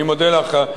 אני מודה לךְ.